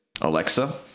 Alexa